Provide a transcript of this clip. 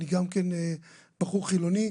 אני גם כן בחור חילוני.